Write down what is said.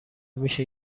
میشه